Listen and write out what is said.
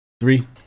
three